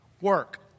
work